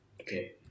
Okay